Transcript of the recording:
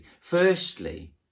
firstly